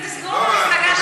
את זה תסגרו עם המפלגה שלכם.